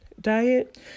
diet